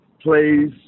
plays